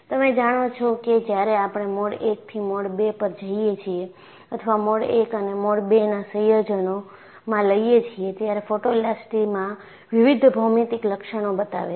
તમે જાણો છો કે જ્યારે આપણે મોડ 1 થી મોડ 2 પર જઈએ છીએ અથવા મોડ 1 અને મોડ 2 ના સંયોજનમાં જઈએ છીએ ત્યારે ફોટોઈલાસ્ટીસીટીમાં વિવિધ ભૌમિતિક લક્ષણો બતાવે છે